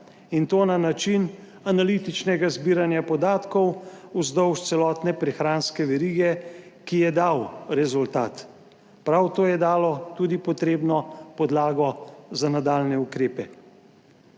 in to na način analitičnega zbiranja podatkov vzdolž celotne prehranske verige, ki je dal rezultat. Prav to je dalo tudi potrebno podlago za nadaljnje ukrepe.